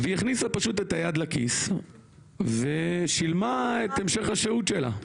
והיא פשוט הכניסה את היד לכיס ושילמה את המשך השהות שלה.